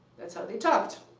that's how they talked.